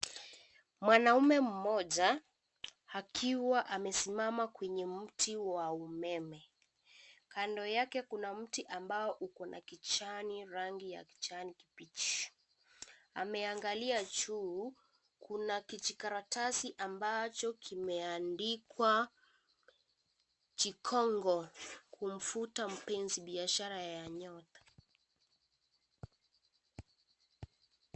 Mwanaume mmoja akiwa amesimama kwenye mti wa umeme kando yake ku a mti yenye uko na kochani rangi kijani kibichi ameangalia juu kuna kijikaratasi ambacho kimeandikwachikongo kufuta mpenzi biashara nyota.